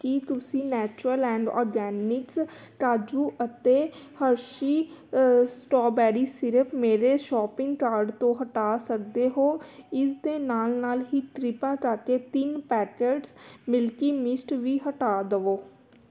ਕੀ ਤੁਸੀਂ Natureland Organics ਕਾਜੂ ਅਤੇ ਹਰਸ਼ੀ ਸਟ੍ਰਾਬੇਰੀ ਸਿਰਪ ਮੇਰੇ ਸ਼ੋਪਿੰਗ ਕਾਰਟ ਤੋਂ ਹਟਾ ਸਕਦੇ ਹੋ ਇਸ ਦੇ ਨਾਲ ਨਾਲ ਹੀ ਕਿਰਪਾ ਕਰਕੇ ਤਿੰਨ ਪੈਕਟਸ ਮਿਲਕੀ ਮਿਸਟ ਵੀ ਹਟਾ ਦੇਵੋ